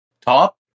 top